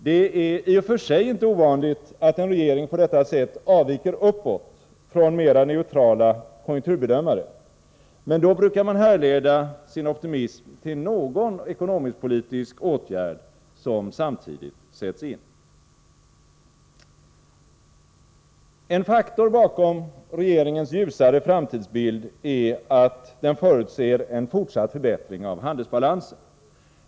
Det är i och för sig inte ovanligt att en regering på detta sätt avviker uppåt från mera neutrala konjunkturbedömare, men då brukar man härleda sin optimism till någon ekonomisk-politisk åtgärd som samtidigt sätts in. En faktor bakom regeringens ljusare framtidsbild är att den förutser en fortsatt förbättring av handelsbalansen.